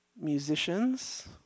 Musicians